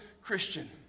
Christian